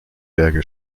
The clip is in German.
berge